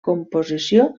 composició